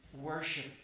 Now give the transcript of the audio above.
worship